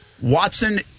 Watson